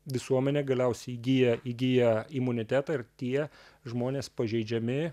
visuomenė galiausiai įgyja įgyja imunitetą ir tie žmonės pažeidžiami